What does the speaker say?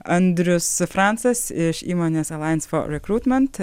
andrius francas iš įmonės alliance for recruitment